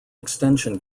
extension